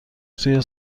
توی